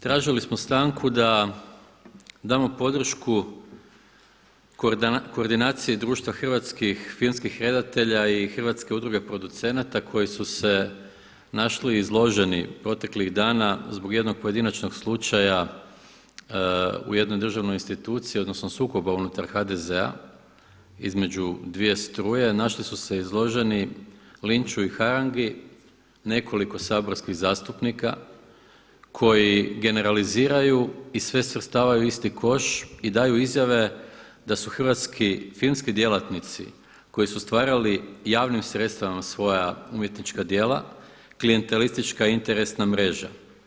Tražili smo stanku da damo podršku koordinaciji Društva hrvatskih filmskih redatelja i Hrvatske udruge producenata koji su se našli izloženi proteklih dana zbog jednog pojedinačnog slučaja u jednoj državnoj instituciji odnosno sukoba unutar HDZ-a između dvije struje, našli su se izloženi linču i harangi nekoliko saborskih zastupnika koji generaliziraju i sve svrstavaju u isti koš i daju izjave da su hrvatski filmski djelatnici koji su stvarali javnim sredstvima svoja umjetnička djela klijentilističa interesna mreža.